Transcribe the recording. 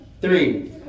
three